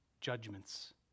judgments